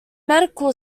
medical